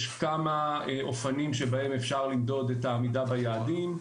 יש כמה אופנים שבהם אפשר למדוד את העמידה ביעדים.